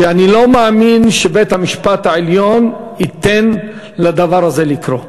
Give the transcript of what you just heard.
ואני לא מאמין שבית-המשפט העליון ייתן לדבר הזה לקרות.